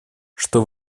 что